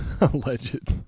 Alleged